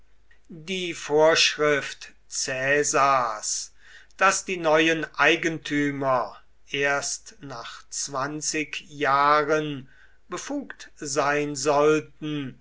die vorschrift caesars daß die neuen eigentümer erst nach zwanzig jahren befugt sein sollten